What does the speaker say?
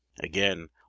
again